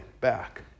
back